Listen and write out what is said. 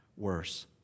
worse